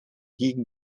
gegen